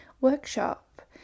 workshop